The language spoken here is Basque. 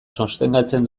sostengatzen